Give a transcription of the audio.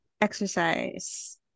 exercise